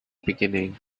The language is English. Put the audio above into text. beginning